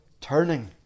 turning